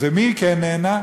מי כן נהנה?